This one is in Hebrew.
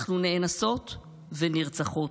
אנחנו נאנסות ונרצחות.